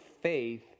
faith